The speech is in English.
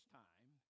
time